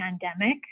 pandemic